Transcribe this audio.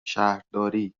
شهرداری